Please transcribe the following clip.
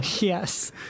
yes